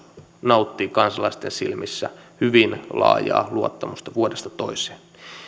nauttii kansalaisten silmissä hyvin laajaa luottamusta vuodesta